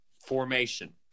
Formation